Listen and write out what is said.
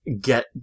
get